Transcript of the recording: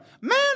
man